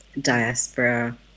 diaspora